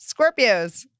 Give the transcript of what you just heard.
Scorpios